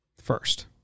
first